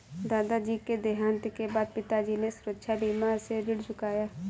दादाजी के देहांत के बाद पिताजी ने सुरक्षा बीमा से ऋण चुकाया